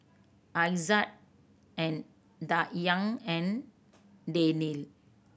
Aizat and Dayang and Daniel